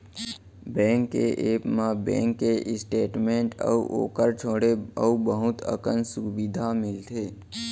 bank के app म bank के स्टेट मेंट अउ ओकर छोंड़े अउ बहुत अकन सुबिधा मिलथे